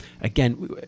again